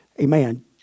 Amen